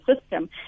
system